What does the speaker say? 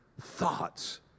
thoughts